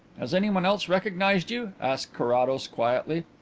has anyone else recognized you? asked carrados quietly.